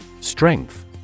Strength